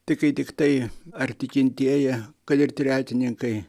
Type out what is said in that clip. tai kai tiktai ar tikintieji kad ir tretininkai